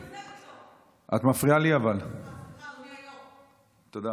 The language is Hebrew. סליחה, אדוני היושב-ראש, מוויקיפדיה.